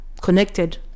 connected